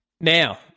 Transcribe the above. Now